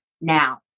now